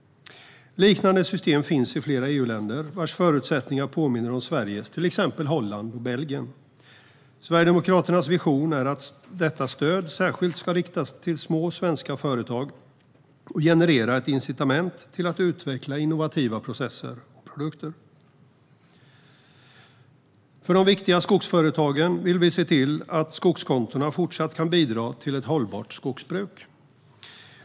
Liknande system finns i flera EU-länder, vars förutsättningar påminner om Sveriges, till exempel Holland och Belgien. Sverigedemokraternas vision är att detta stöd särskilt ska riktas till små svenska företag och generera ett incitament till att utveckla innovativa processer och produkter. För de viktiga skogsföretagen vill vi att skogskontona även i fortsättningen kan bidra till ett hållbart skogsbruk.